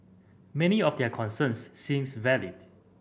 many of their concerns seems valid